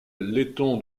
letton